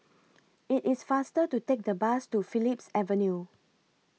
IT IS faster to Take The Bus to Phillips Avenue